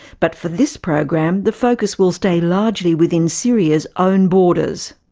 but for this program the focus will stay largely within syria's own borders.